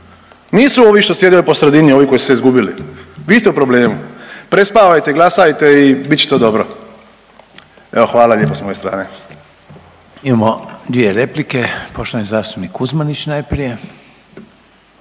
nisu ovi što sjede po sredini, ovi koji su se izgubili, vi ste u problemu, prespavajte, glasajte i bit će to dobro. Evo hvala lijepo s moje strane.